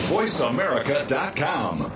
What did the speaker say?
VoiceAmerica.com